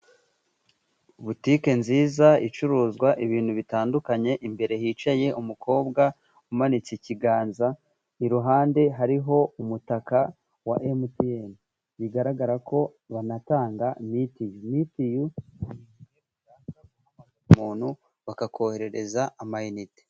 Butike nziza icuruzwa ibintu bitandukanye, imbere hicaye umukobwa umanitse ikiganza, iruhande hariho umutaka wa MTN. Bigaragara ko banatanga mitiyu. Mitiyu iyo ufite amafaranga uyaha umuntu, bakakoherereza amayinite.